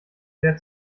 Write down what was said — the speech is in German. sehr